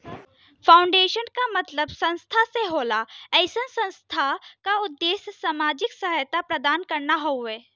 foundation क मतलब संस्था से होला अइसन संस्था क उद्देश्य सामाजिक सहायता प्रदान करना हउवे